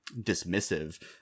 dismissive